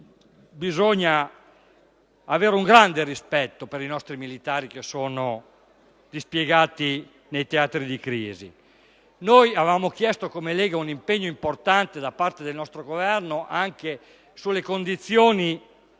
occorre avere un grande rispetto per i nostri militari dispiegati nei teatri di crisi. Come Lega, avevamo chiesto un impegno importante da parte del nostro Governo anche sulle condizioni